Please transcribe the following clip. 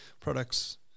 products